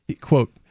quote